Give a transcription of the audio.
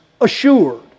assured